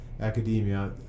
academia